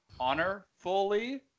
honorfully